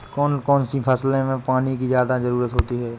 कौन कौन सी फसलों में पानी की ज्यादा ज़रुरत होती है?